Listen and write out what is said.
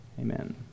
Amen